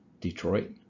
Detroit